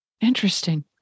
Interesting